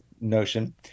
notion